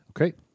Okay